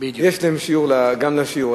יש להם שיעור, גם לשיעור.